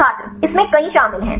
छात्र इसमें कई शामिल हैं